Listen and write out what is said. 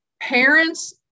Parents